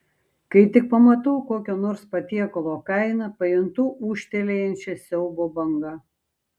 kai tik pamatau kokio nors patiekalo kainą pajuntu ūžtelėjančią siaubo bangą